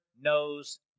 Knows